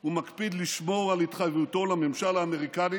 הוא מקפיד לשמור על התחייבותו לממשל האמריקני